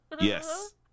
Yes